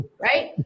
Right